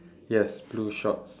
yes blue shorts